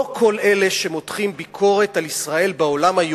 לא כל אלה שמותחים היום ביקורת על ישראל בעולם,